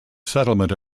settlement